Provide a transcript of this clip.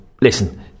Listen